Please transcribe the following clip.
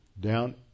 down